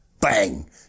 Bang